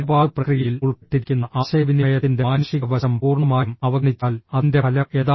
ഇടപാട് പ്രക്രിയയിൽ ഉൾപ്പെട്ടിരിക്കുന്ന ആശയവിനിമയത്തിന്റെ മാനുഷിക വശം പൂർണ്ണമായും അവഗണിച്ചാൽ അതിന്റെ ഫലം എന്താണ്